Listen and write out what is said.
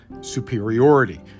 superiority